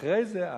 ואחרי זה הערבים.